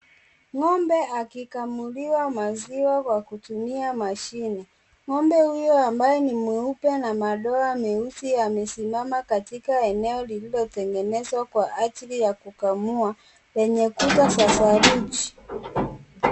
Ng'ombe akikamuliwa maziwa kwa kutumia machine, ng'ombe huyu ambeye ni mweupe na madoa meusi amesimama katika eneo, lililo tengenezwa kwa ajili ya kukamua yenye kuta za saruji.